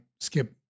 skip